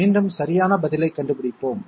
மீண்டும் சரியான பதிலைக் கண்டுபிடிப்போம்